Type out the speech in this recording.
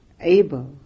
able